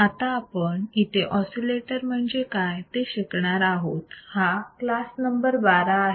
आता आपण इथे ऑसिलेटर म्हणजे काय ते शिकणार आहोत हा क्लास नंबर 12 आहे